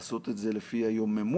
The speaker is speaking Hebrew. לעשות את זה לפי יוממות,